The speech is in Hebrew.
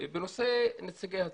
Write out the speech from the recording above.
בנושא נציגי הציבור,